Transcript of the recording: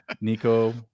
Nico